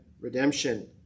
redemption